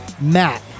Matt